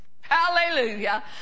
hallelujah